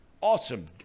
Awesome